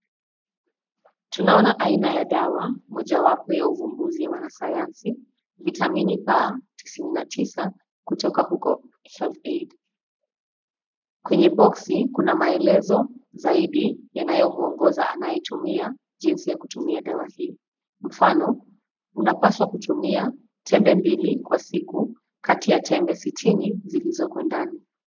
Tunaona aina ya dawa mojawapo ya uvumbuzi wa wanasayansi; vitamini B99 kutoka huko Health Aid . Kwenye boxi, kuna maelezo zaidi yanayomwongoza anayetumia, jinsi ya kutumia dawa hii. Mfano, unapaswa kutumia tembe mbili kwa siku kati ya tembe sitini zilizoko ndani.